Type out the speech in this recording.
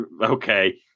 okay